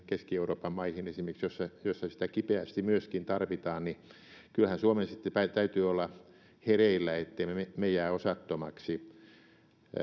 keski euroopan maihin joissa sitä kipeästi myöskin tarvitaan niin kyllähän suomen sitten täytyy olla hereillä ettemme me me jää osattomaksi